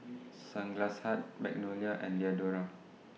Sunglass Hut Magnolia and Diadora